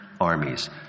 armies